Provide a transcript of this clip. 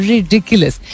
Ridiculous